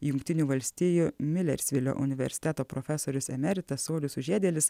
jungtinių valstijų milersvilio universiteto profesorius emeritas saulius sužiedėlis